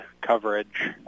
coverage